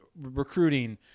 recruiting